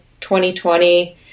2020